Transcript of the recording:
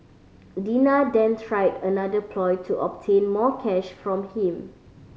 Dina then tried another ploy to obtain more cash from him